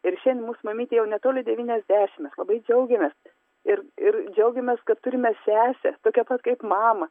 ir šiandien mūsų mamytė jau netoli devyniasdešimt mes labai džiaugiamės ir ir džiaugiamės kad turime sesę tokią pat kaip mamą